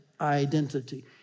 identity